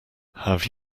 have